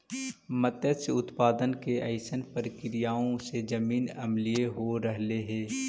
मत्स्य उत्पादन के अइसन प्रक्रियाओं से जमीन अम्लीय हो रहलई हे